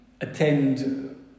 attend